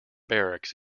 barracks